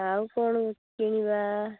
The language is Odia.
ଆଉ କ'ଣ କିଣିବା